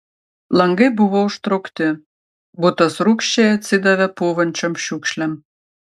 langai buvo užtraukti butas rūgščiai atsidavė pūvančiom šiukšlėm